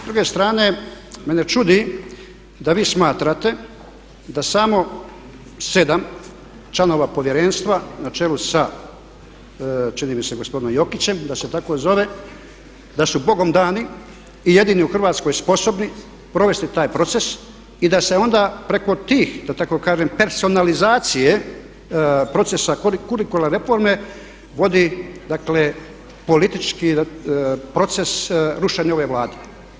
S druge strane, mene čudi da vi smatrate da samo 7 članova povjerenstva na čelu sa čini mi se gospodinom Jokićem da se tako zove da su bogom dani i jedini u Hrvatskoj sposobni provesti taj proces i da se onda preko tih da tako kažem personalizacije procesa kurikularne reforme vodi dakle politički proces rušenja ove Vlade.